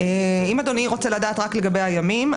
אם אדוני רוצה לדעת רק לגבי הימים,